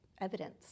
evidence